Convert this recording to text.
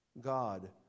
God